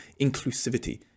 Inclusivity